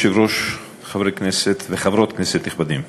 אדוני היושב-ראש, חברי כנסת וחברות כנסת נכבדים,